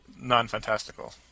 non-fantastical